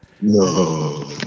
no